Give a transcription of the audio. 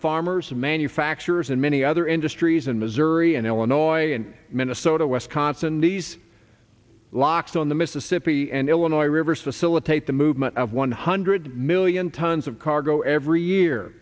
farmers and manufacturers and many other industries in missouri and illinois and minnesota wisconsin these locks on the mississippi and illinois reverse the sill a take the movement of one hundred million tons of cargo every year